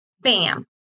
Bam